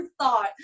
thought